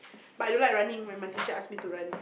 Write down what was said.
but I don't like running when my teacher ask me to run